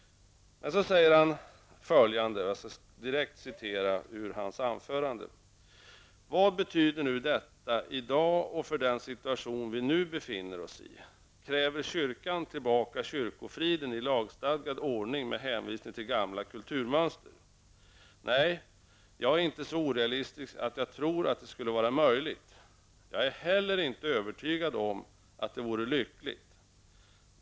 Vidare säger han: ''Vad betyder nu detta i dag och för den situation vi nu befinner oss i? Kräver kyrkan tillbaka kyrkofriden i lagstiftad ordning med hänvisning till gamla kulturmönster? Nej, jag är inte så orealistisk, att jag tror att det skulle vara möjligt. Jag är heller inte övertygad om att det vore lyckligt.